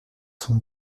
sont